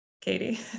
Katie